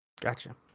Gotcha